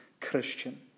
Christian